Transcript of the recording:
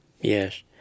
Yes